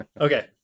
Okay